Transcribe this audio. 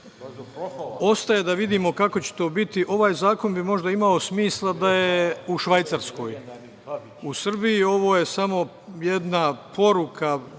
Ostaje da vidimo kako će to biti. Ovaj zakon bi možda imao smisla da je u Švajcarskoj. U Srbiji je ovo samo jedna poruka